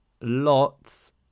lots